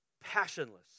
passionless